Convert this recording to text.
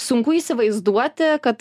sunku įsivaizduoti kad